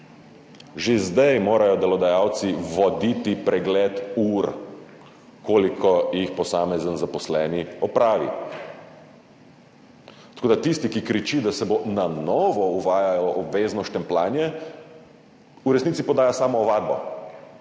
Že zdaj morajo delodajalci voditi pregled ur, koliko jih opravi posamezen zaposleni. Tako da tisti, ki kriči, da se bo na novo uvajalo obvezno štempljanje, v resnici podaja samoovadbo,